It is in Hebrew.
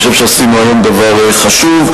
אני חושב שעשינו היום דבר חשוב.